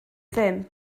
ddim